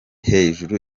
hejuru